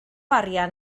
arian